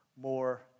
more